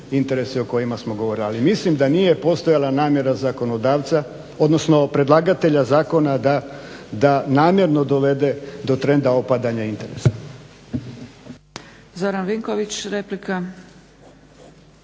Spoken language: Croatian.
Zoran Vinković, replika.